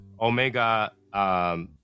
omega